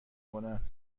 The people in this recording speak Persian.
کنن